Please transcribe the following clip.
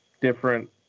different